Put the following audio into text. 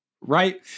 right